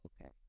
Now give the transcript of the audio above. okay